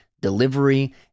delivery